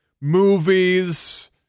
movies